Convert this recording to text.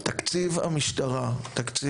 ההסתכלות על החוק כמשהו שהוא במקרה הטוב